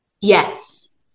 Yes